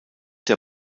der